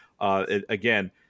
again